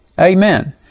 Amen